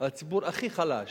על הציבור הכי חלש,